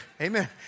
amen